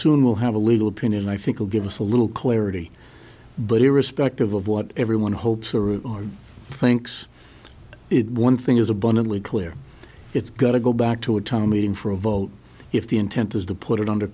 soon we'll have a legal opinion i think will give us a little clarity but irrespective of what everyone hopes or thinks it one thing is abundantly clear it's got to go back to a town meeting for a vote if the intent is to put it under